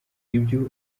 ibyo